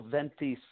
Venti